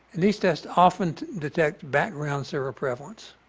and these tests often detect background zero prevalence